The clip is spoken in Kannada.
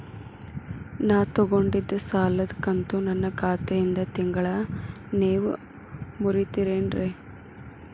ನಾ ತೊಗೊಂಡಿದ್ದ ಸಾಲದ ಕಂತು ನನ್ನ ಖಾತೆಯಿಂದ ತಿಂಗಳಾ ನೇವ್ ಮುರೇತೇರೇನ್ರೇ?